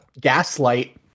gaslight